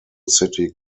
city